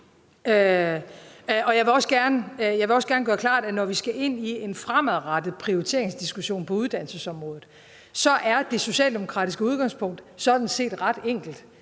Jeg vil også gerne gøre det klart, at når vi skal ind i en fremadrettet prioriteringsdiskussion på uddannelsesområdet, er det socialdemokratiske udgangspunkt sådan set ret enkelt: